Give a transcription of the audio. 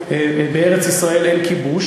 בארץ-ישראל אין כיבוש,